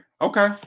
Okay